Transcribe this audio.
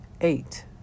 Eight